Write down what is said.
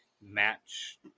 match